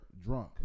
drunk